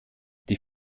die